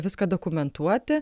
viską dokumentuoti